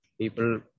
people